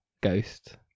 ghost